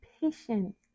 patient